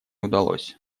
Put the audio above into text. удалось